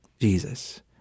Jesus